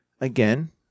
Again